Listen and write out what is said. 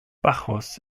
bacchus